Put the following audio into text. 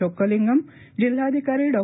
चोक्कलिंगम जिल्हाधिकारी डॉ